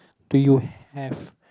do you have